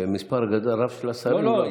זה מספר רב של שרים.